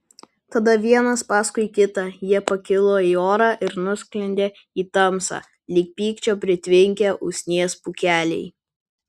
tada vienas paskui kitą jie pakilo į orą ir nusklendė į tamsą lyg pykčio pritvinkę usnies pūkeliai